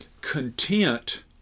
content